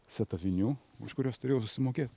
setą vinių už kuriuos turėjau sumokėt